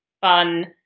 fun –